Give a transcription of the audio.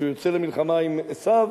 כשהוא יוצא למלחמה עם עשו,